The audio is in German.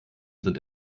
sind